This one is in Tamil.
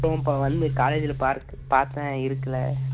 இப்போ வந்து காலேஜில் பார்த்தேன் இருக்கல